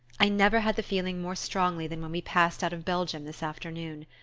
i never had the feeling more strongly than when we passed out of belgium this afternoon.